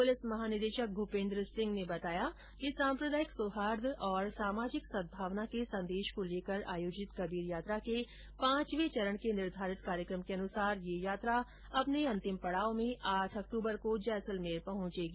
police महानिदेशक मूपेंद्र सिंह ने बताया कि सांप्रदायिक सोहार्द और सामाजिक सद्भावना के संदेश को लेकर आयोजित कबीर यात्रा के पाचवे चरण के निर्धारित कार्यक्रम के अनुसार यह यात्रा अपने अंतिम पडाव में आठ अक्टूबर को जैसलमेर पहुंचेगी